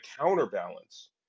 counterbalance